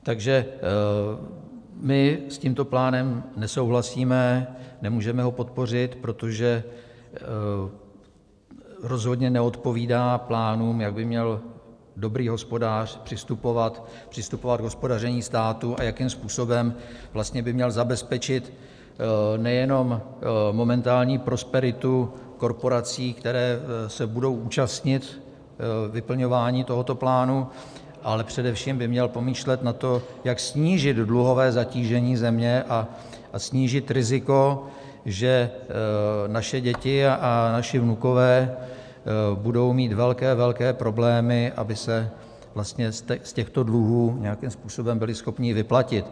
Takže my s tímto plánem nesouhlasíme, nemůžeme ho podpořit, protože rozhodně neodpovídá plánům, jak by měl dobrý hospodář přistupovat k hospodaření státu a jakým způsobem by měl zabezpečit nejenom momentální prosperitu korporací, které se budou účastnit vyplňování tohoto plánu, ale především by měl pomýšlet na to, jak snížit dluhové zatížení země a snížit riziko, že naše děti a naši vnukové budou mít velké, velké problémy, aby se z těchto dluhů nějakým způsobem byli schopni vyplatit.